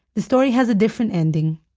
the story has a different ending